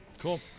Cool